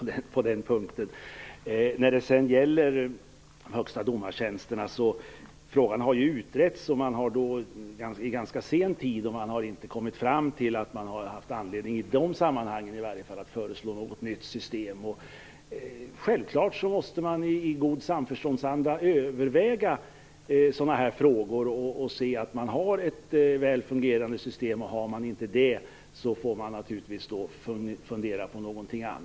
Frågan om de högsta domartjänsterna har ju utretts i ganska sen tid, och man har inte kommit fram till att det i dag finns anledning att i de sammanhangen föreslå något nytt system. Självfallet måste man i samförstånd överväga sådana här frågor och se till att det finns ett väl fungerande system. Om det inte finns måste man naturligtvis fundera på någonting annat.